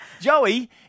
Joey